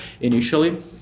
initially